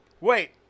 Wait